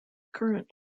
current